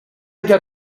got